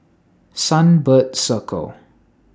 Sunbird Circle